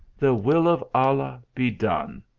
the will of allah be done!